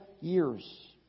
years